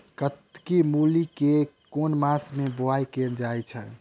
कत्की मूली केँ के मास मे बोवाई कैल जाएँ छैय?